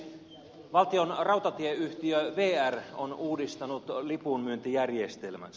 valtion rautatieyhtiö vr on uudistanut lipunmyyntijärjestelmänsä